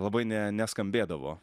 labai ne neskambėdavo